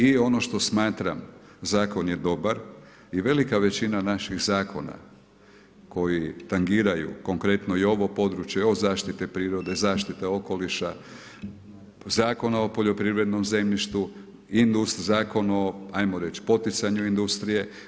I ono što smatram, zakon je dobar i velika većina naših zakona, koji tangiraju, konkretno i ovo područje, od zaštite prirode, zaštiet okoliša, Zakona o poljoprivrednom zemljištu, Zakon o ajmo reći, poticanju industrije.